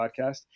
podcast